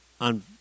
on